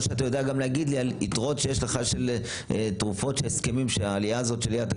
יודע להגיד לי על יתרות שיש לך מתרופות שהעלייה הזאת לא